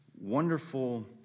wonderful